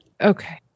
Okay